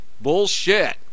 Bullshit